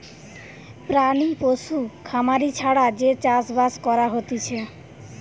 প্রাণী পশু খামারি ছাড়া যে চাষ বাস করা হতিছে